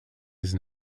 his